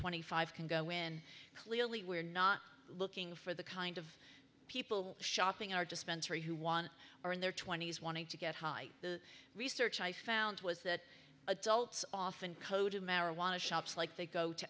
twenty five can go when clearly we're not looking for the kind of people shopping our dispensary who want are in their twenty's wanting to get high the research i found was that adults often code in marijuana shops like they go to